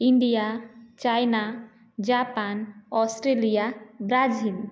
India China Japan Australia Brazil